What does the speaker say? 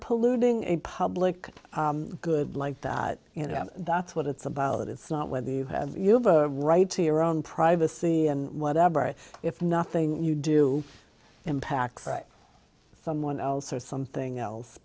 polluting a public good like that you know that's what it's about it's not whether you have you have a right to your own privacy and whatever if nothing you do impacts someone else or something else